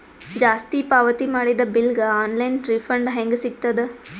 ಜಾಸ್ತಿ ಪಾವತಿ ಮಾಡಿದ ಬಿಲ್ ಗ ಆನ್ ಲೈನ್ ರಿಫಂಡ ಹೇಂಗ ಸಿಗತದ?